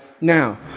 Now